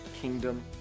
kingdom